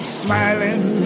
smiling